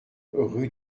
rue